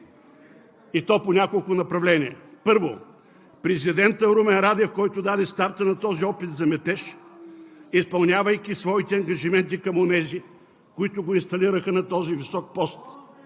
и то по няколко направления. (Възгласи от ДПС.) Първо президентът Румен Радев, който даде старта на този опит за метеж, изпълнявайки своите ангажименти към онези, които го инсталираха на този висок пост